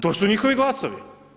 To su njihovi glasovi.